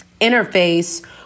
interface